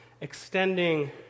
extending